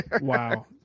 wow